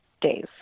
days